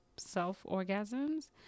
self-orgasms